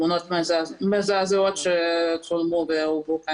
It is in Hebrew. תמונות מזעזעות שצולמו והובאו כאן,